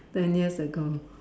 ten years ago